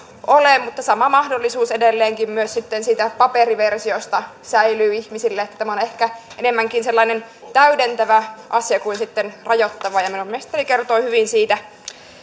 ole mutta sama mahdollisuus edelleenkin myös sitten siitä paperiversiosta säilyy ihmisille tämä on ehkä enemmänkin sellainen täydentävä asia kuin sitten rajoittava ja minun mielestäni kertoo hyvin siitä